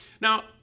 Now